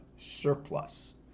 surplus